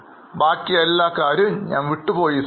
ഞാൻ ബാക്കി എല്ലാ കാര്യങ്ങളും മറന്നുപോയി